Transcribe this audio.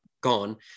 gone